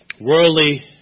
Worldly